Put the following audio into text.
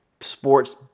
sports